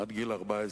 עד גיל 14,